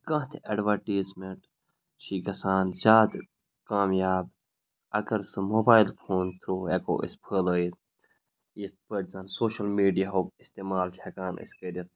کانٛہہ تہِ ایٚڈوَٹیٖزمٮ۪نٛٹ چھِ گَژھان زیادٕ کامیاب اگر سُہ موبایِل فون تھرٛوٗ ہٮ۪کو أسۍ پھٔہلٲیِتھ یِتھ پٲٹھۍ زَن سوشَل میٖڈیاہُک اِستعمال چھِ ہٮ۪کان أسۍ کٔرِتھ